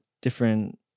different